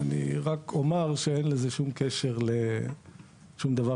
אני רק אומר שאין לזה שום קשר לשום דבר